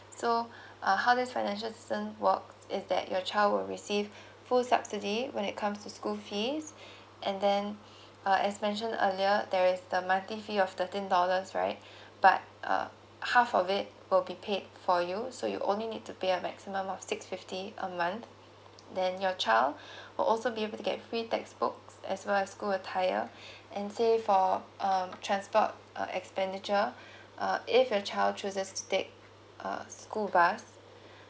so uh how this financial assistance work is that your child will receive full subsidy when it comes to school fees and then uh as I mentioned earlier there is the monthly fee of thirteen dollars right but uh half of it will be paid for you so you only need to pay a maximum of six fifty a month then your child will also be able to get free textbook as well as school attire and sit for um transport uh expenditure uh if your child chooses to take uh school bus